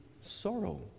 sorrow